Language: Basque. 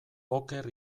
oker